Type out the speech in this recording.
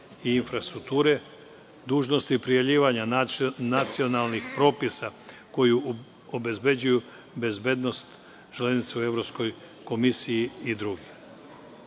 i infrastrukture, dužnosti prijavljivanja nacionalnih propisa koji obezbeđuju bezbednost železnica u Evropskoj komisiji i drugi. Na